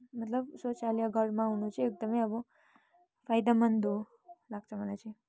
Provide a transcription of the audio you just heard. मतलब शौचालय घरमा हुनु चाहिँ एकदमै अब फाइदामन्द हो लाग्छ मलाई चाहिँ